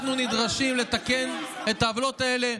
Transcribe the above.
אנחנו נדרשים לתקן את העוולות האלה.